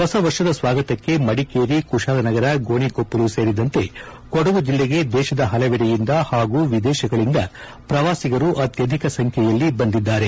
ಹೊಸ ವರ್ಷದ ಸ್ವಾಗತಕ್ಕೆ ಮಡಿಕೇರಿ ಕುಶಾಲನಗರ ಗೋಣಿಕೊಪ್ಪಲು ಸೇರಿದಂತೆ ಕೊಡಗು ಜಿಲ್ಲೆಗೆ ದೇಶದ ಪಲವೆಡೆಯಿಂದ ಹಾಗೂ ವಿದೇಶಗಳಿಂದ ಪ್ರವಾಸಿಗರು ಅತ್ತಧಿಕ ಸಂಖ್ಯೆಯಲ್ಲಿ ಬಂದಿದ್ದಾರೆ